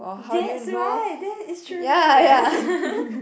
that's why that is true that's true